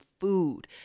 food